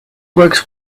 works